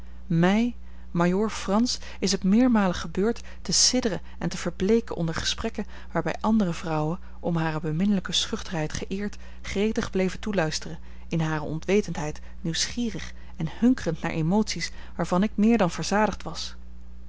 majoor frans is het meermalen gebeurd te sidderen en te verbleeken onder gesprekken waarbij andere vrouwen om hare beminnelijke schuchterheid geëerd gretig bleven toeluisteren in hare onwetendheid nieuwsgierig en hunkerend naar emoties waarvan ik meer dan verzadigd was